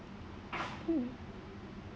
mm